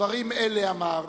"דברים אלה", אמר,